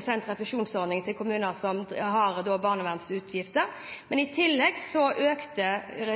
til kommuner som har barnevernsutgifter. Men i tillegg økte